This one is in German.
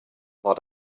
war